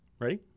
Ready